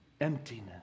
emptiness